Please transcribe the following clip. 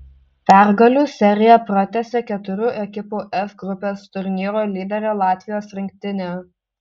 pergalių seriją pratęsė keturių ekipų f grupės turnyro lyderė latvijos rinktinė